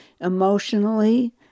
emotionally